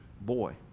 Boy